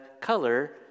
color